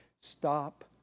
stop